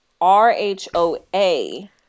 R-H-O-A